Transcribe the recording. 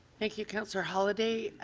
thank you, councillor holiday.